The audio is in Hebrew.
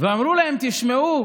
ואמרו להם: תשמעו,